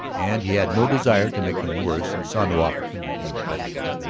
and he had no desire to make them worse and saw no opportunity to better them,